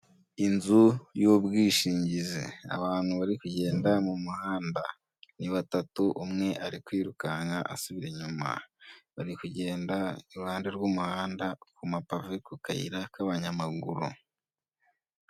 Inzu y'ubwishingizi, abantu bari kugenda mu muhanda, ni batatu umwe ari kwirukanka asubira inyuma, bari kugenda i ruhande rw'umuhanda ku mapavuye ku kayira k'abanyamaguru.